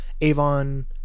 Avon